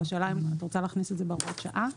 את רוצה להכניס את ההגדרה בהוראת השעה?